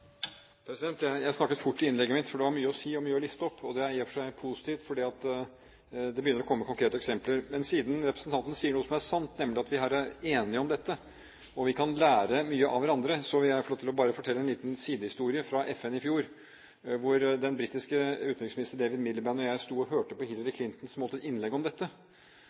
Jeg snakket fort i innlegget mitt, for det var mye å si og mye å liste opp. Det er i og for seg positivt, for det begynner å komme konkrete eksempler. Men siden representanten sier noe som er sant, nemlig at vi her er enige om dette og kan lære mye av hverandre, vil jeg bare få lov til å fortelle en liten sidehistorie fra FN i fjor. Den britiske utenriksministeren, David Miliband, og jeg sto og hørte på Hillary Clinton som holdt et innlegg om dette.